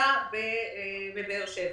בדיקה בבאר שבע.